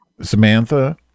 Samantha